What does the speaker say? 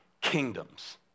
kingdoms